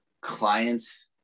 clients